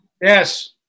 Yes